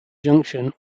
junction